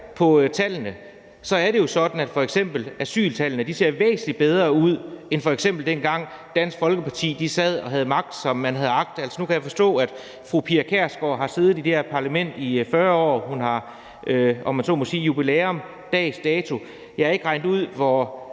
på tallene, er det jo sådan, at f.eks. asyltallene ser væsentlig bedre ud, end f.eks. dengang Dansk Folkeparti sad og havde magt, som de havde agt. Altså, nu kan jeg forstå, at fru Pia Kjærsgaard har siddet i det her parlament i 40 år. Hun har, om man så må sige, jubilæum dags dato. Jeg har ikke regnet ud, hvor